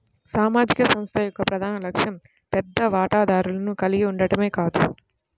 సామాజిక సంస్థ యొక్క ప్రధాన లక్ష్యం పెద్ద వాటాదారులను కలిగి ఉండటమే కాదు